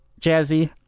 Jazzy